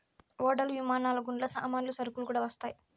ఓడలు విమానాలు గుండా సామాన్లు సరుకులు కూడా వస్తాయి